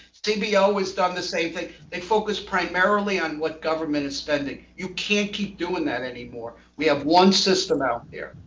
cbo has done the same thing. they focus primarily on what government is spending. you can't keep doing that anymore. we have one system out there.